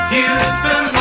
Houston